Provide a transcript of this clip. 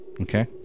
Okay